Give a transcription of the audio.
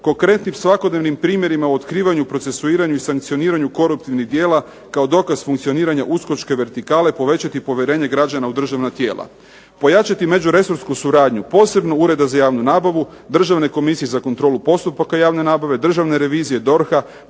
konkretnim svakodnevnim primjerima u otkrivanju, procesuiranju i sankcioniranju koruptivnih djela kao dokaz funkcioniranja uskočke vertikale, povećati povjerenje građana u državna tijela, pojačati međuresorsku suradnju posebno Ureda za javnu nabavu, Državne komisije za kontrolu postupaka javne nabave, Državne revizije DORH-a,